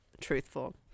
truthful